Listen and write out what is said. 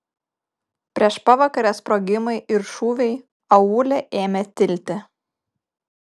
prieš pavakarę sprogimai ir šūviai aūle ėmė tilti